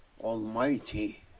Almighty